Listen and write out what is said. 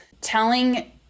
telling